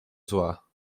zła